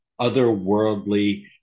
otherworldly